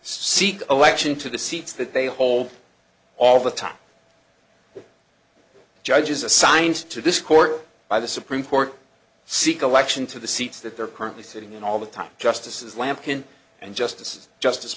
seek election to the seats that they hold all the time judges assigned to this court by the supreme court seek election to the seats that they're currently sitting in all the time justices lampkin and justices justice